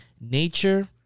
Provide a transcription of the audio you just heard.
nature